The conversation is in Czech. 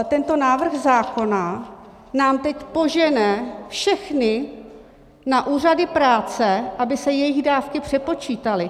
Tento návrh zákona nám teď požene všechny na úřady práce, aby se jejich dávky přepočítaly.